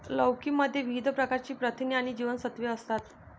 लौकी मध्ये विविध प्रकारची प्रथिने आणि जीवनसत्त्वे असतात